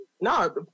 no